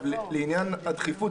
לעניין הדחיפות,